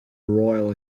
royal